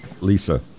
Lisa